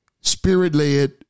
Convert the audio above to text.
spirit-led